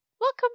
welcome